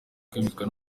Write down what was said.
kwemezwa